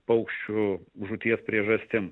paukščių žūties priežastim